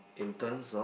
in terms of